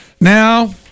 Now